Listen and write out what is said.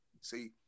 see